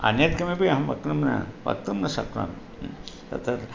अन्यत् किमपि अहं वक्तुं न वक्तुं न शक्नोमि तत्